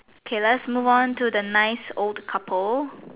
okay let's move on to the nice old couple